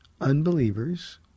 unbelievers